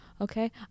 okay